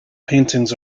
paintings